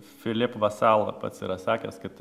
filip vasal pats yra sakęs kad